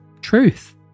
truth